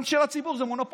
הן של הציבור, אלה מונופולים.